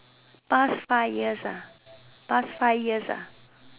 past five years ah past five years ah